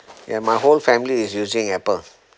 ya my whole family is using apple